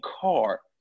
car